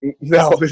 No